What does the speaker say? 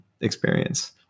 experience